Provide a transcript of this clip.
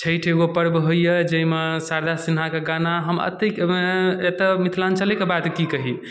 छठि एगो पर्व होइया जाहिमे शारदा सिन्हाके गाना हम एतेक एतऽ मिथिलाञ्चलेके बात की कही